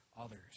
others